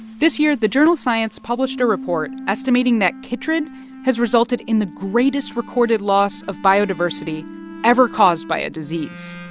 this year, the journal science published a report estimating that chytrid has resulted in the greatest recorded loss of biodiversity ever caused by a disease.